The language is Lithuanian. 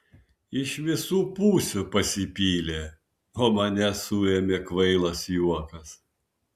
iš visų pusių pasipylė o mane suėmė kvailas juokas